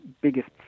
biggest